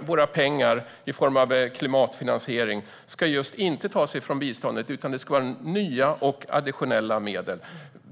våra pengar i form av klimatfinansiering inte ska tas från biståndet utan vara nya och additionella medel.